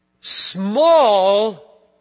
small